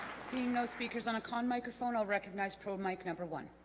seeing those speakers on a con microphone i'll recognize pro mic number one